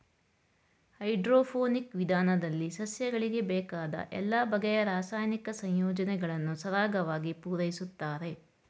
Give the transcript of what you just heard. hydroponic ವಿಧಾನದಲ್ಲಿ ಸಸ್ಯಗಳಿಗೆ ಬೇಕಾದ ಎಲ್ಲ ಬಗೆಯ ರಾಸಾಯನಿಕ ಸಂಯೋಜನೆಗಳನ್ನು ಸರಾಗವಾಗಿ ಪೂರೈಸುತ್ತಾರೆ